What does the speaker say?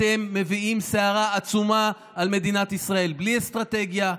אתם מביאים סערה עצומה על מדינת ישראל בלי אסטרטגיה.